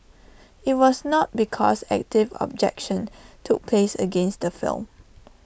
IT was not because active objection took place against the film